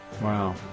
Wow